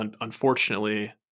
unfortunately